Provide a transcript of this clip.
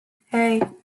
hey